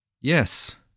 Yes